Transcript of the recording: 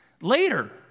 Later